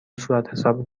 صورتحساب